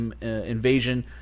invasion